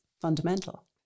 fundamental